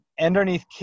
underneath